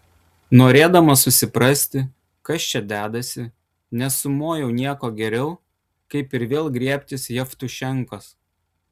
norėdamas susiprasti kas čia dedasi nesumoju nieko geriau kaip ir vėl griebtis jevtušenkos